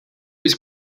was